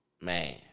Man